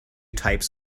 types